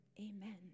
amen